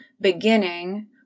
beginning